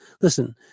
Listen